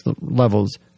levels